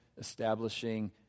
establishing